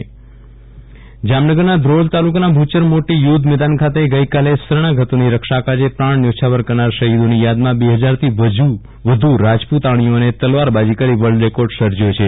વિરલ રાણા તલવારીબાજી world record જામનગરના ધ્રોલ તાલુકાના ભૂચર મોટી યુદ્ધ મેદાન ખાતે ગઇકાલે શરણાગતોની રક્ષા કાજે પ્રાણ ન્યોછાવર કરનારા શહિદોની યાદમાં બે હજારથી વધુ રાજપુતાણીઓએ તલવારબાજી કરી વર્લ્ડ રેકોર્ડ સર્જર્યો છે